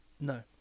No